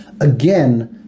Again